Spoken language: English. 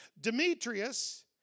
Demetrius